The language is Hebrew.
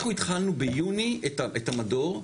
אנחנו התחלנו ביוני את המדור,